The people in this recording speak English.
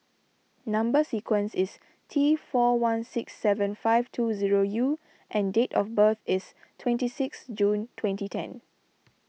Number Sequence is T four one six seven five two zero U and date of birth is twenty sixth June twenty ten